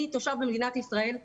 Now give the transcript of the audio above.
אני תושב במדינת ישראל,